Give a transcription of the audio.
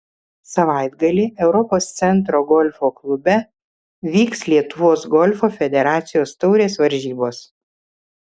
savaitgalį europos centro golfo klube vyks lietuvos golfo federacijos taurės varžybos